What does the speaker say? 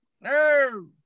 No